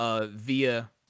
via